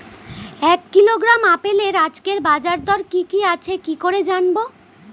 এক কিলোগ্রাম আপেলের আজকের বাজার দর কি কি আছে কি করে জানবো?